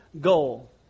goal